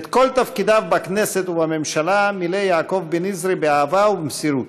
את כל תפקידיו בכנסת ובממשלה מילא יעקב בן-יזרי באהבה ובמסירות.